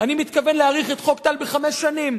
אני מתכוון להאריך את חוק טל בחמש שנים.